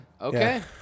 Okay